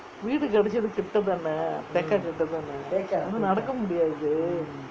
வீடு கிடைச்சது கிட்டே தான்:veedu kidaichathu kittae thaan tekka கிட்டே தான் ஆனா நடக்க முடியாது:kittae thaan aana nadakka mudiyaathu